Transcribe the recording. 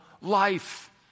life